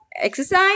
exercise